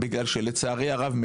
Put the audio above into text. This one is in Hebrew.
בגלל שלצערי הרב,